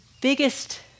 biggest